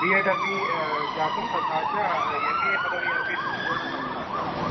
B Ed अपि जातं तथा च एम् ए पदवी अपि सम्पूर्णा जाता